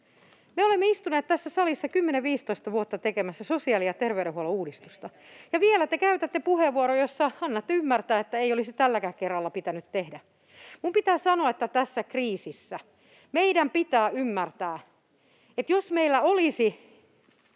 Me olemme istuneet tässä salissa 10—15 vuotta tekemässä sosiaali‑ ja terveydenhuollon uudistusta, ja vielä te käytätte puheenvuoron, jossa annatte ymmärtää, että ei olisi tälläkään kerralla pitänyt tehdä. Minun pitää sanoa, että tässä kriisissä meidän pitää ymmärtää, että jos meillä olisi